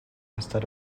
instead